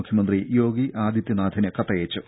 മുഖ്യമന്ത്രി യോഗി ആദിത്യനാഥിന് കത്തയച്ചു